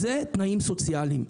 תנאים סוציאליים.